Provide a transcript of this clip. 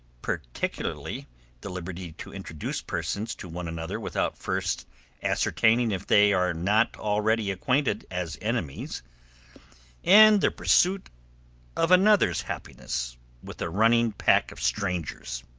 particularly the liberty to introduce persons to one another without first ascertaining if they are not already acquainted as enemies and the pursuit of another's happiness with a running pack of strangers.